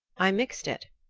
i mixed it.